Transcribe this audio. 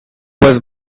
was